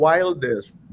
Wildest